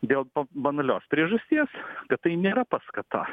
dėl banalios priežasties kad tai nėra paskata